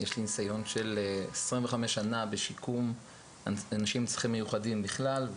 יש לי ניסיון של 25 שנה בשיקום אנשים עם צרכים מיוחדים בכלל,